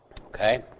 Okay